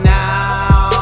now